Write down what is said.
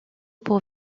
pour